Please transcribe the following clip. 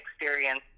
experience